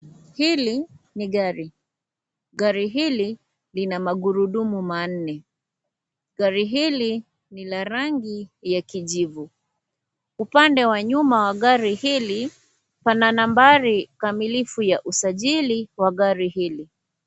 Hili ni gari. Gari hili lina magurudumu manne. Gari hili ni la rangi ya kijivu. Upande wa nyuma wa gari hili, pana nambari kamilifu ya usajili wa gari hili.